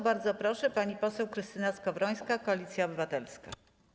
Bardzo proszę, pani poseł Krystyna Skowrońska, Koalicja Obywatelska.